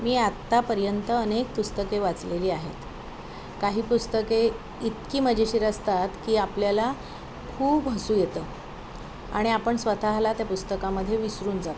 मी आत्तापर्यंत अनेक पुस्तके वाचलेली आहेत काही पुस्तके इतकी मजेशीर असतात की आपल्याला खूप हसू येतं आणि आपण स्वतःला त्या पुस्तकामध्ये विसरून जातो